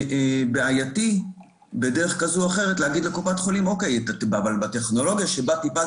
גם בעייתי להגיד לקופת החולים שבטכנולוגיה שבה היא טיפלה